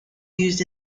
used